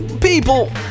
people